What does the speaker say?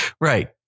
Right